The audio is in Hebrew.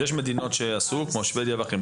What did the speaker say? יש מדינות שעשו כמו שבדיה ואחרות.